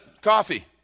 coffee